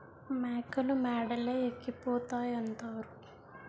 మేకలు మేడలే ఎక్కిపోతాయంతారు